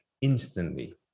instantly